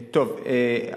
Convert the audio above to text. אכן,